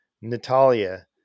Natalia